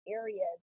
areas